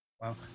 Wow